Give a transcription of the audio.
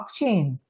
blockchain